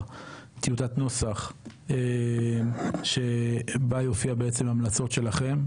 טיוטת נוסח שבה יופיע בעצם המלצות שלכם,